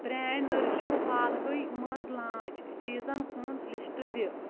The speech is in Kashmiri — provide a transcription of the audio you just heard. برینڈ نٔرِشیوٗ حالہے مَنٛز لانچ چیٖزن ہُنٛد لسٹ دِ؟